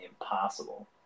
impossible